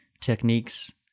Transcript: techniques